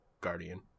guardian